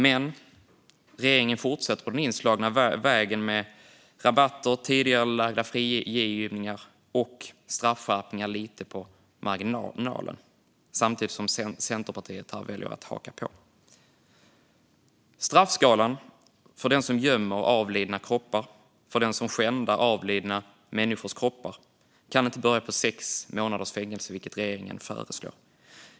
Men regeringen fortsätter på den inslagna vägen med rabatter, tidigarelagda frigivningar och straffskärpningar lite på marginalen samtidigt som Centerpartiet här väljer att haka på. Straffskalan för den som gömmer avlidna människors kroppar och för den som skändar avlidna människors kroppar kan inte börja på sex månaders fängelse, vilket regeringen föreslår.